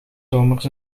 zomers